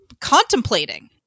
contemplating